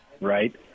right